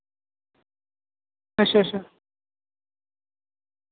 अच्छा अच्छा